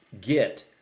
get